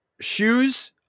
shoes